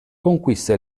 conquista